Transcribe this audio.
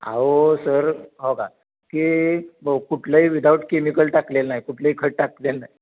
आहो सर हो का ते ब कुठलंही विदाऊट केमिकल टाकलेलं नाही कुठलंही खत टाकलेलं नाही